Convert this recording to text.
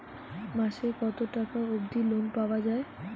মাসে কত টাকা অবধি লোন পাওয়া য়ায়?